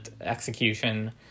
execution